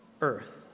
earth